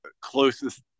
closest